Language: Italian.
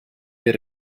del